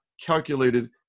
calculated